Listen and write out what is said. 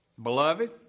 Beloved